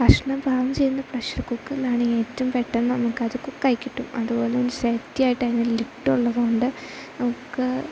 ഭക്ഷ്ണം പാകം ചെയ്യുന്നത് പ്രഷർ കുക്കറിലാണേ ഏറ്റവും പെട്ടെന്നു നമുക്കത് കുക്കായിക്കിട്ടും അതു പോലെ സേഫ്റ്റിയായിട്ടതിന് ലിഡ്ഡുള്ളതു കൊണ്ട് നമുക്ക്